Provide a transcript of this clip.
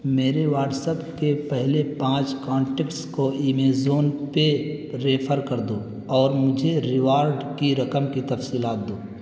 میرے واٹساپ کے پہلے پانچ کانٹیکٹس کو ایمیزون پے ریفر کر دو اور مجھے ریوارڈ کی رقم کی تفصیلات دو